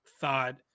thought